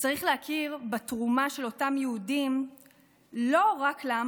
צריך להכיר בתרומה של אותם יהודים לא רק לעם